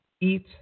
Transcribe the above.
eat